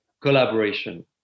collaboration